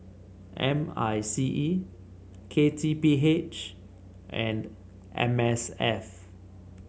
M I C E K T P H and M S F